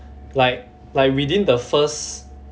like like within the first